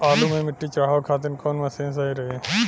आलू मे मिट्टी चढ़ावे खातिन कवन मशीन सही रही?